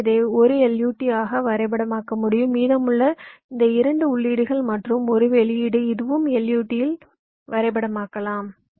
எனவே இதை 1 LUT ஆக வரைபடமாக்க முடியும் மீதமுள்ள இந்த 2 உள்ளீடுகள் மற்றும் 1 வெளியீடு இதுவும் LUT இல் வரைபடமாக்கலாம்